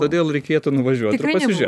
todėl reikėtų nuvažiuot ir pasižiūrėt